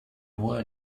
word